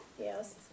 Yes